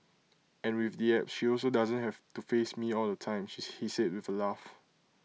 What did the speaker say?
and with the apps she also doesn't have to face me all the time she he said with A laugh